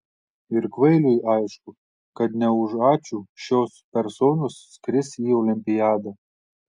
ir kvailiui aišku kad ne už ačiū šios personos skris į olimpiadą